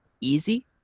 easy